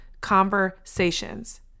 conversations